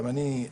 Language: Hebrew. גם אני,